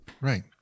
Right